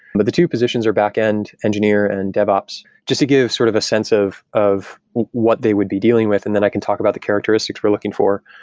but the two positions are backend engineer and dev ops. just to give sort of a sense of of what they would be dealing with and then i can talk about the characteristics we're looking for.